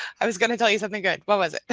i was gonna tell you something good, what was it?